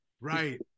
right